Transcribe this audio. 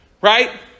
right